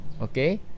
Okay